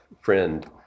friend